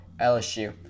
LSU